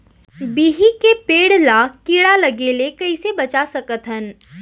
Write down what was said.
बिही के पेड़ ला कीड़ा लगे ले कइसे बचा सकथन?